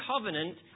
covenant